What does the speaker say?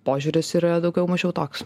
požiūris yra daugiau mažiau toks